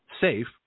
safe